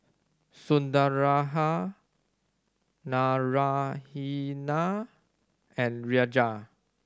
Sundaraiah Naraina and Raja